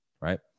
right